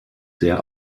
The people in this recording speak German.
sehr